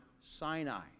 Sinai